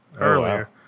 earlier